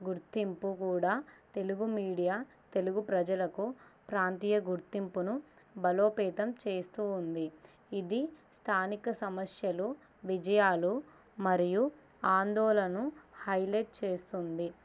గుర్తింపు కూడా తెలుగు మీడియా తెలుగు ప్రజలకు ప్రాంతీయ గుర్తింపును బలోపేతం చేస్తు ఉంది ఇది స్థానిక సమస్యలు విజయాలు మరియు ఆందోళలను హైలైట్ చేస్తుంది